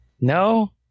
No